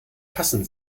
passen